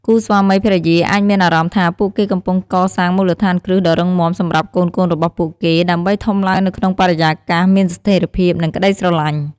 គូស្វាមីភរិយាអាចមានអារម្មណ៍ថាពួកគេកំពុងកសាងមូលដ្ឋានគ្រឹះដ៏រឹងមាំសម្រាប់កូនៗរបស់ពួកគេ ដើម្បីធំឡើងនៅក្នុងបរិយាកាសមានស្ថេរភាព និងក្តីស្រឡាញ់។